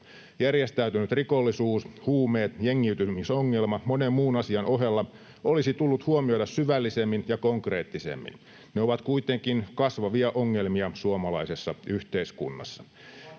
Järjestäytynyt rikollisuus, huumeet ja jengiytymisongelma — monen muun asian ohella — olisi tullut huomioida syvällisemmin ja konkreettisemmin. Ne ovat kuitenkin kasvavia ongelmia suomalaisessa yhteiskunnassa.